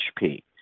HP